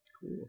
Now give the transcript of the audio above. Cool